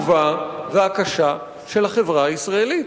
העצובה והקשה של החברה הישראלית.